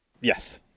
Yes